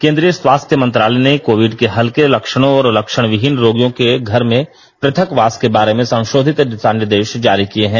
केन्द्रीय स्वास्थ्य मंत्रालय ने कोविड के हल्के लक्षणों और लक्षणविहीन रोगियों के घर में पृथकवास के बारे में संशोधित दिशा निर्देशजारी किए हैं